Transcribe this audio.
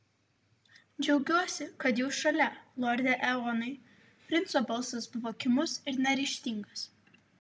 džiaugiuosi kad jūs šalia lorde eonai princo balsas buvo kimus ir neryžtingas